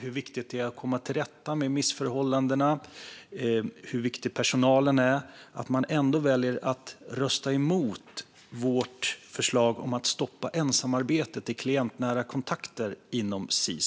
hur viktigt det är att komma till rätta med missförhållandena och hur viktig personalen är. Ändå väljer man att rösta emot vårt förslag om att stoppa ensamarbetet i klientnära kontakter inom Sis.